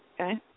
Okay